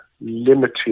limited